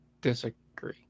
disagree